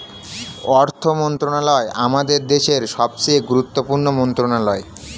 অর্থ মন্ত্রণালয় আমাদের দেশের সবচেয়ে গুরুত্বপূর্ণ মন্ত্রণালয়